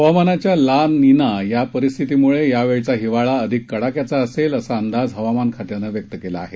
हवामानाच्या La Nina परिस्थितीम्ळे या वेळचा हिवाळा अधिक कडक्याचा असेल असा अंदाज हवामान खात्यानं व्यक्त केला आहे